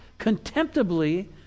contemptibly